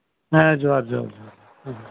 ᱦᱮᱸ ᱡᱚᱦᱟᱨ ᱫᱚᱦᱟᱨ ᱡᱚᱦᱟᱨ